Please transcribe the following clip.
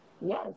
Yes